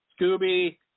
Scooby